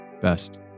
best